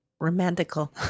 romantical